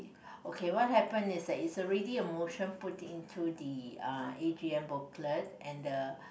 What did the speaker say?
okay what happened is that is already a motion put into the uh a_g_m booklet and the